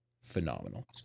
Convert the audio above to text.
phenomenal